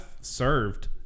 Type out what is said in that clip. served